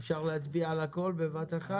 אפשר להצביע על הכול בבת אחת?